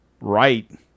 right